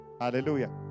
Hallelujah